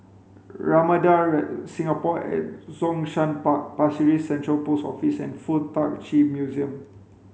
Singapore at Zhongshan Park Pasir Ris Central Post Office and Fuk Tak Chi Museum